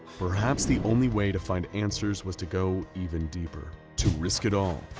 perhaps the only way to find answers was to go even deeper to risk it all,